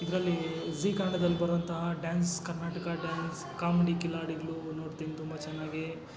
ಇದ್ರಲ್ಲಿ ಝೀ ಕನಡದಲ್ಲಿ ಬರುವಂತಹ ಡ್ಯಾನ್ಸ್ ಕರ್ನಾಟಕ ಡ್ಯಾನ್ಸ್ ಕಾಮಿಡಿ ಕಿಲಾಡಿಗಳು ನೋಡ್ತಿನಿ ತುಂಬ ಚೆನ್ನಾಗಿ